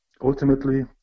Ultimately